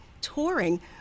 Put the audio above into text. touring